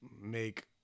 make